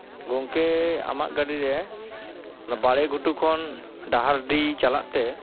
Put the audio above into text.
ᱜᱚᱝᱠᱮ ᱟᱢᱟᱜ ᱜᱟᱹᱰᱤᱨᱮ ᱚᱱᱟ ᱵᱟᱲᱮ ᱜᱷᱩᱴᱩ ᱠᱷᱚᱱ ᱰᱟᱦᱟᱨᱰᱤ ᱪᱟᱞᱟᱜᱛᱮ